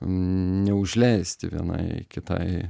neužleisti vienai kitai